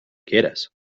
quieras